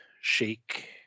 shake